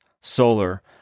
solar